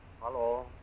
Hello